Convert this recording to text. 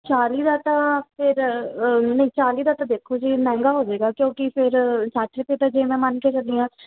ਚਾਲ੍ਹੀ ਦਾ ਤਾਂ ਫਿਰ ਨਹੀਂ ਚਾਲ੍ਹੀ ਦਾ ਤਾਂ ਦੇਖੋ ਜੀ ਮਹਿੰਗਾ ਹੋ ਜਾਏਗਾ ਕਿਉਂਕਿ ਫਿਰ ਸੱਠ 'ਤੇ ਤਾਂ ਜੇ ਮੈਂ ਮੰਨ ਕੇ ਚੱਲੀ ਹਾਂ